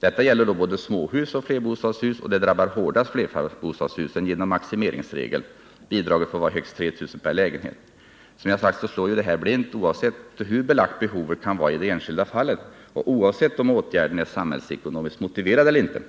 Detta gäller både småhus och flerbostadshus och drabbar hårdast flerbostadshusen genom maximeringsregeln — bidraget får vara högst 3 000 kr. per lägenhet. Som jag sagt slår detta blint, oavsett hur belagt behovet kan vara i det enskilda fallet och oavsett om åtgärden är samhällsekonomiskt motiverad eller inte.